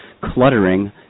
cluttering